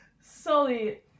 Sully